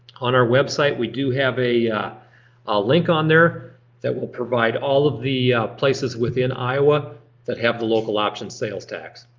on our website we do have a link on there that will provide all of the places within iowa that have the local option sales tax.